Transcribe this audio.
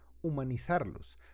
humanizarlos